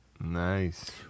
Nice